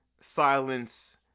silence –